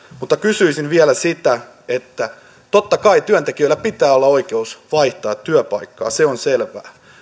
mutta kysyisin vielä sitä totta kai työntekijöillä pitää olla oikeus vaihtaa työpaikkaa se on selvää